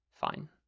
fine